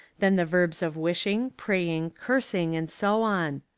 then the verbs of wishing, praying, cursing, and so on.